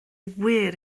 wir